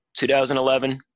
2011